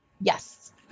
Yes